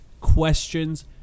questions